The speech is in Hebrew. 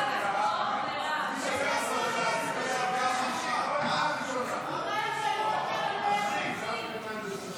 מס' 31) (תעריפים לדמי מים לחקלאות),